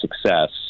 success